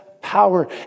power